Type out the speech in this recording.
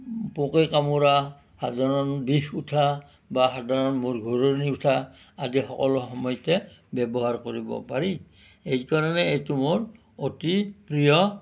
পোকে কামোৰা সাধাৰণ বিষ উঠা বা সাধাৰণ মুৰ ঘূৰণি উঠা আদি সকলো সময়তে ব্যৱহাৰ কৰিব পাৰি এই কাৰণে এইটো মোৰ অতি প্ৰিয়